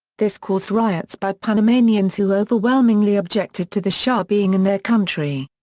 this caused riots by panamanians who overwhelmingly objected to the shah being in their country.